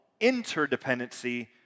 interdependency